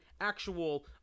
actual